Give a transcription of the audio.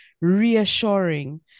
reassuring